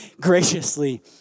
graciously